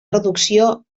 reducció